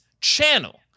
channel